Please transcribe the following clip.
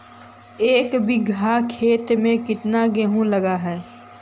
एक बिघा खेत में केतना गेहूं लग है?